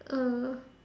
uh